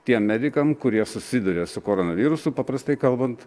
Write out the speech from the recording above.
tiem medikam kurie susiduria su koronavirusu paprastai kalbant